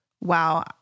wow